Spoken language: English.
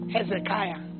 Hezekiah